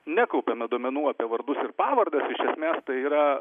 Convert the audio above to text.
nekaupiame duomenų apie vardus ir pavardes iš esmės tai yra